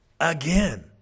again